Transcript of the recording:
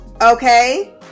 okay